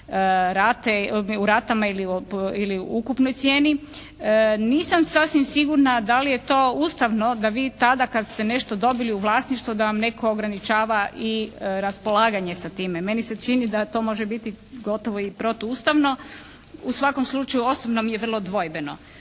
na rate ili ukupnoj cijeni, nisam sasvim sigurna da li je to ustavno da vi tada kada ste nešto dobili u vlasništvo da vam netko ograničava i raspolaganje sa time. Meni se čini da to može biti gotovo i protuustavno. U svakom slučaju osobno mi je vrlo dvojbeno.